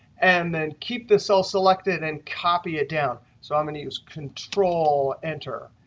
and then keep this cell selected, and copy it down. so i'm going to use control enter.